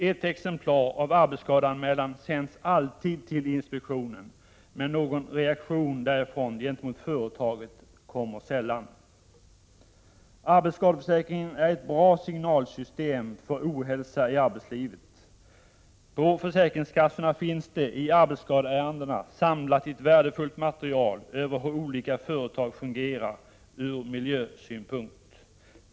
Ett exemplar av arbetsskadeanmälan sänds alltid till inspektionen, men någon reaktion därifrån gentemot företaget kommer sällan. Arbetsskadeförsäkringen är ett bra signalsystem för ohälsa i arbetslivet. På försäkringskassorna finns det i arbetsskadeärendena samlat ett värdefullt material över hur olika företag fungerar ur miljösynpunkt.